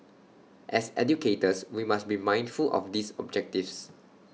as educators we must be mindful of these objectives